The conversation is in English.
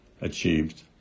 achieved